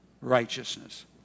righteousness